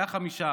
היה 5%,